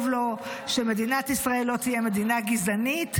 לו שמדינת ישראל לא תהיה מדינה גזענית,